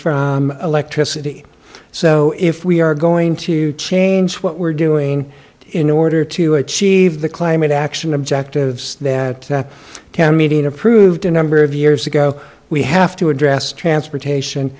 from electricity so if we are going to change what we're doing in order to achieve the climate action objectives that that can meet in approved a number of years ago we have to address transportation